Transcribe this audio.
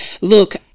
Look